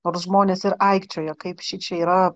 nors žmonės ir aikčioja kaip šičia yra